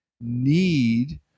need